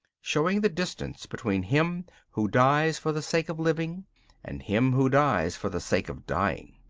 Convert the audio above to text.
showing the distance between him who dies for the sake of living and him who dies for the sake of dying.